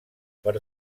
per